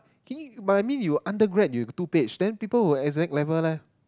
can you but I mean you undergrad you got two page then people with exact level leh